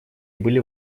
были